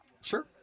Sure